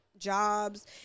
Jobs